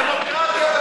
דמוקרטיה,